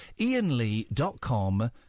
IanLee.com